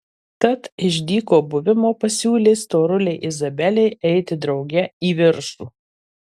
tad iš dyko buvimo pasiūlė storulei izabelei eiti drauge į viršų